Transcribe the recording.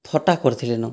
ଥଟ୍ଟା କରିଥିଲେନ